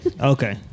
Okay